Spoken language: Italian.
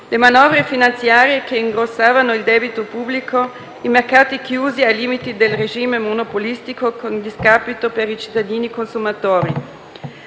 le manovre finanziarie che ingrossavano il debito pubblico; i mercati chiusi, ai limiti del regime monopolistico, con discapito per i cittadini consumatori.